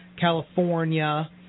California